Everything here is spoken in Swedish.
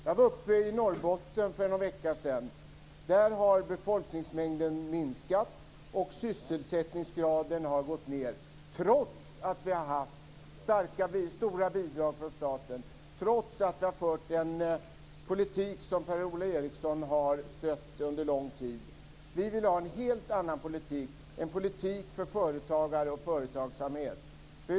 Jag var uppe i Norrbotten för någon vecka sedan. Där har befolkningsmängden och sysselsättningsgraden minskat, trots stora bidrag från staten och trots att det har förts en politik som Per-Ola Eriksson har stött under lång tid. Vi vill ha en helt annan politik, en politik för företagare och företagsamhet.